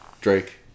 Drake